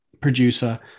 producer